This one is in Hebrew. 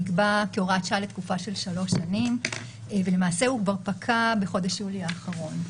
נקבע כהוראת שעה לתקופה של 3 שנים ולמעשה הוא כבר פקע בחודש יולי האחרון.